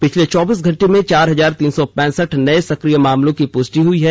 पिछले चौबीस घंटों में चार हजार तीन सौ पैंसठ नये सक्रिय मामलों की पुष्टि हुई है